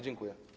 Dziękuję.